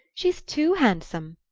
she's too handsome.